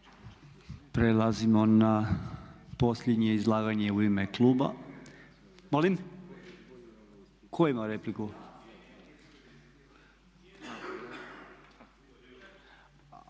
Prelazimo na posljednje izlaganje u ime kluba. Molim? Tko ima repliku?